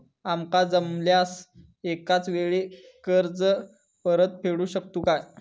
आमका जमल्यास एकाच वेळी कर्ज परत फेडू शकतू काय?